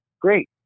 great